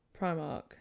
primark